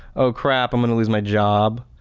oh crap i'm gonna lose my job.